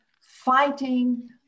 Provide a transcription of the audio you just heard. fighting